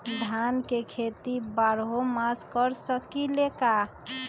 धान के खेती बारहों मास कर सकीले का?